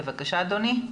בבקשה אדוני.